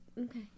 Okay